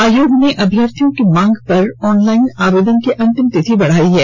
आयोग ने अभ्यर्थियों की मांग पर ऑनलाइन आवेदन की अंतिम तिथि बढ़ाई है